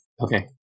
okay